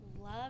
Love